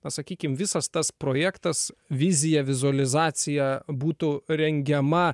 na sakykim visas tas projektas vizija vizualizacija būtų rengiama